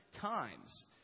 times